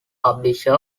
publisher